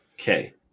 Okay